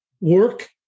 work